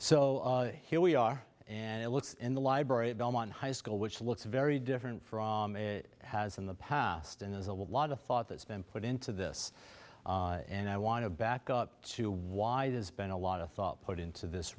so here we are and it looks in the library at belmont high school which looks very different from it has in the past and there's a lot of thought that's been put into this and i want to back up to why there's been a lot of thought put into this